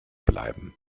bleiben